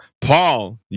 paul